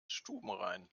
stubenrein